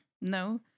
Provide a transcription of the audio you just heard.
no